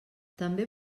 també